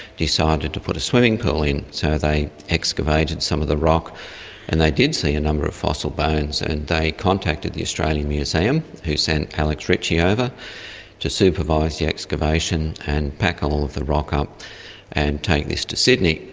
decided to put a swimming pool in, so they excavated and some of the rock and they did see a number of fossil bones. and they contacted the australian museum who sent alex ritchie over to supervise the excavation and pack all of the rock up and take this to sydney.